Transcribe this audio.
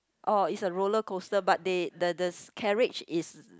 orh is a roller coaster but they the the carriage is